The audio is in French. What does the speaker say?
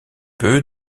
peu